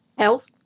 Health